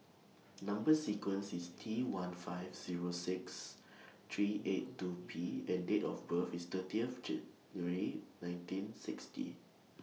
Number sequence IS T one five Zero six three eight two P and Date of birth IS thirtieth January nineteen sixty